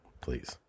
Please